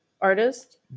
artist